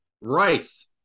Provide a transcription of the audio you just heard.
Rice